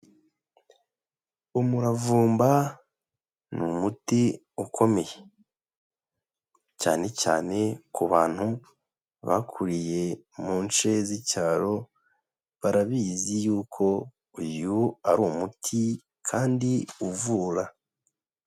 Umuravumba ni umuti ukomeye. Cyane cyane ku bantu bakuriye mu nce z'icyaro, barabizi yuko uyu ari umuti kandi uvura.